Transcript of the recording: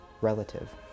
relative